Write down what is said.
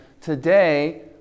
today